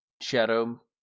Shadow